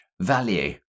value